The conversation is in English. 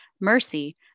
mercy